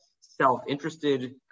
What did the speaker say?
self-interested